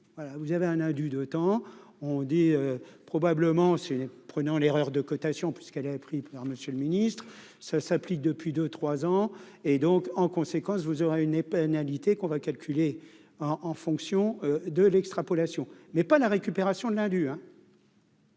vous avez un indu de temps on dit probablement c'est prenant l'erreur de cotation, puisqu'elle avait pris par Monsieur le Ministre, ça s'applique depuis 2 3 ans, et donc en conséquence, vous aurez une et pénalités qu'on va calculer en en fonction de l'extrapolation n'pas la récupération de l'Hindu